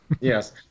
Yes